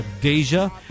Deja